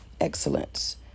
excellence